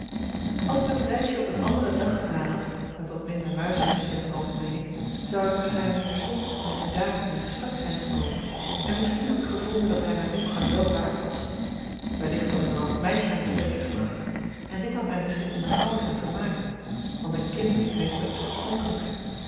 als ik dat reisjen op een anderen dag gedaan had met wat minder muizenesten in t hoofd meen ik zou ik waarschynlyk terstond met dien datoe in gesprek zyn gekomen en misschien had ik gevonden dat hy myn omgang wel waard was wellicht had ik dan ook het meisjen aan t spreken gebracht en dit had my misschien onderhouden en vermaakt want een kind heeft meestal iets oorspronkelyks